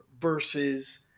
versus